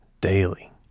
daily